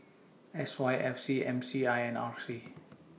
S Y F C M C I and R C